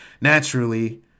naturally